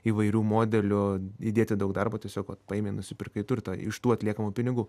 įvairių modelių įdėti daug darbo tiesiog vat paėmei nusipirkai turtą iš tų atliekamų pinigų